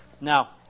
Now